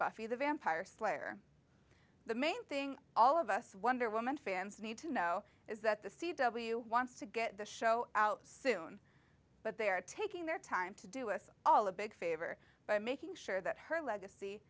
buffy the vampire slayer the main thing all of us wonder woman fans need to know is that the c w wants to get the show out soon but they're taking their time to do us all a big favor by making sure that her legacy